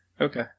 okay